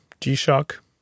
G-Shock